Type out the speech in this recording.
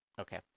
Okay